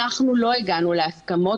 לא הגענו להסכמות,